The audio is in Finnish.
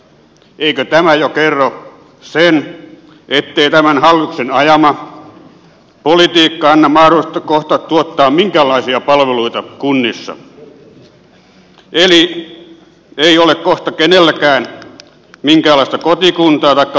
eikö tämä jo kerro sen ettei tämän hallituksen ajama politiikka anna mahdollisuutta kohta tuottaa minkäänlaisia palveluita kunnissa eli ei ole kohta kenelläkään minkäänlaista kotikuntaa taikka mallia toteuttaa tätä kuntarakennetta